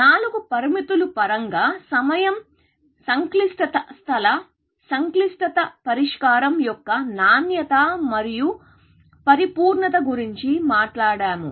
నాలుగు పరిమితులు పరంగా సమయం సంక్లిష్టత స్థల సంక్లిష్టత పరిష్కారం యొక్క నాణ్యత మరియు పరిపూర్ణత గురించి మాట్లాడాము